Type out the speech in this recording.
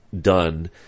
done